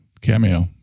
Cameo